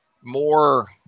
more